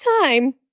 time